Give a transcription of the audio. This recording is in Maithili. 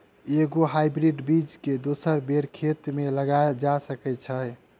एके गो हाइब्रिड बीज केँ दोसर बेर खेत मे लगैल जा सकय छै?